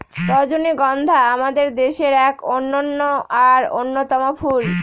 রজনীগন্ধা আমাদের দেশের এক অনন্য আর অন্যতম ফুল